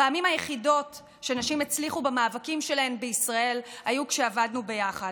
הפעמים היחידות שנשים הצליחו במאבקים שלהן בישראל היו כשעבדנו ביחד,